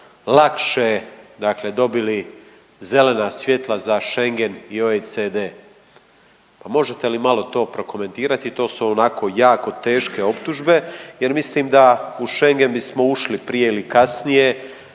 dakle dobili zelena svjetla za Schengen i OECD. Pa možete li malo to prokomentirati, to su onako jako teške optužbe jer mislim da u Schengen bismo ušli prije ili kasnije,